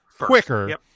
quicker